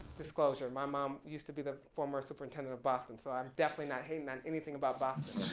disclosure, my mom used to be the former superintendent of boston, so i'm definitely not hating on anything about boston,